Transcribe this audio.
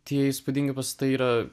tie įspūdingi pastatai yra